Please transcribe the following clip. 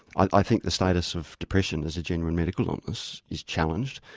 i think the status of depression as a genuine medical illness is challenged.